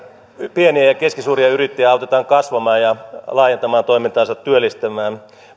pieniä ja keskisuuria yrittäjiä autetaan kasvamaan ja laajentamaan toimintaansa työllistämään